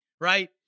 right